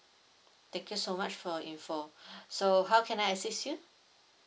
thank you so much for your info so how can I assist you